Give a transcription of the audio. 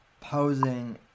Posing